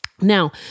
Now